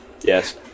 Yes